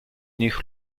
nich